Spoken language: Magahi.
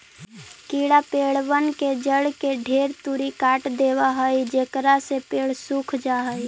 कीड़ा पेड़बन के जड़ के ढेर तुरी काट देबा हई जेकरा से पेड़ सूख जा हई